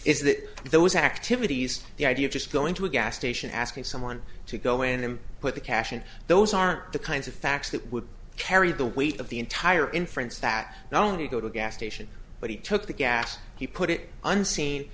that those activities the idea of just going to a gas station asking someone to go in and put the cash in those aren't the kinds of facts that would carry the weight of the entire inference that not only go to a gas station but he took the gas he put it unseen